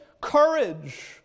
courage